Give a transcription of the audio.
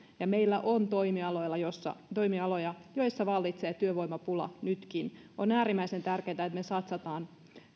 ja meillä on toimialoja joissa toimialoja joissa vallitsee työvoimapula nytkin on äärimmäisen tärkeätä että me satsaamme